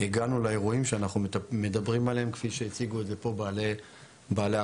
הגענו לאירועים שאנחנו מדברים עליהם כפי שהציגו את זה פה בעלי החנויות.